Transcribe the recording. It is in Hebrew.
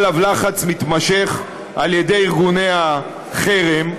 הופעל עליו לחץ מתמשך על ידי ארגוני החרם,